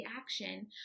action